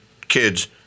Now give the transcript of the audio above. kids